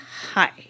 hi